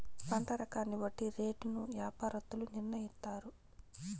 పంట రకాన్ని బట్టి రేటును యాపారత్తులు నిర్ణయిత్తారు